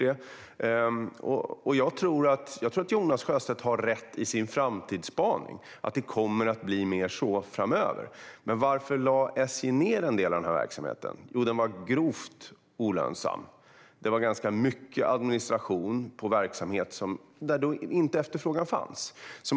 Men jag tror att Jonas Sjöstedt har rätt i sin framtidsspaning att det kommer att bli bättre framöver. Varför lade SJ ned en del av denna verksamhet? Jo, för att den var mycket olönsam och för att det var mycket administration för en verksamhet där efterfrågan saknades.